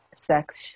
sex